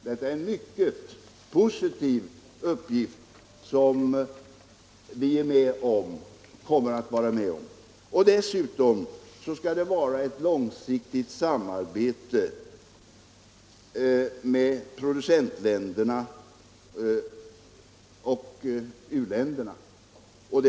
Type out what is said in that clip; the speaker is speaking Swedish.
Detta är mycket positiva uppgifter, som vi kommer att vara med om. Dessutom skall man ha ett långsiktigt samarbete med producentländerna och u-länderna.